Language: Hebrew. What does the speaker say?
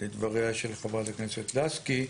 לדבריה של חברת הכנסת לסקי,